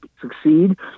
succeed